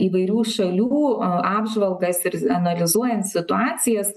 įvairių šalių apžvalgas ir analizuojant situacijas